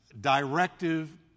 directive